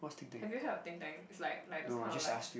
have you heard of think tank it's like like those kind of like